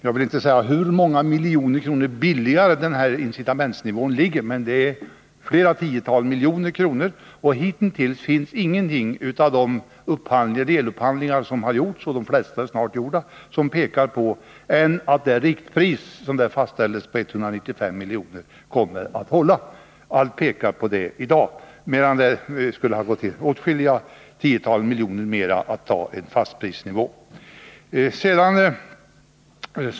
Jag vill inte säga hur många miljoner kronor lägre den här incitamentsnivån ligger, men det är flera tiotal miljoner. Beträffande de delupphandlingar som har gjorts — de flesta är snart gjorda — finns ingenting som pekar på annat än att det riktpris som fastställdes till 195 milj.kr. kommer att hålla. Allt pekar på det i dag, medan det skulle ha gått till åtskilliga tiotal miljoner mer att ta en fastprisnivå.